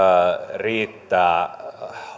riittää